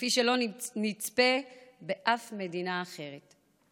כפי שלא נצפה באף מדינה אחרת.